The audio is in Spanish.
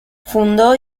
fundó